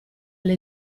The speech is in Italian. alle